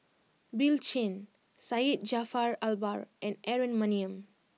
Bill Chen Syed Jaafar Albar and Aaron Maniam